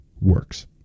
works